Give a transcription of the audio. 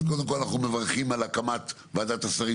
אז קודם כל אנחנו מברכים על הקמת וועדת השרים